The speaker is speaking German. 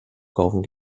kaufen